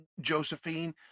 josephine